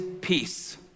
peace